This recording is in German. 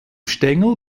stängel